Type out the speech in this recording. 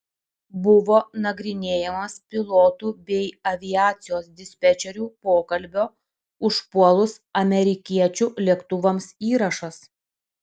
buvo nagrinėjamas pilotų bei aviacijos dispečerių pokalbio užpuolus amerikiečių lėktuvams įrašas